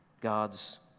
God's